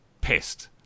pissed